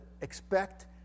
expect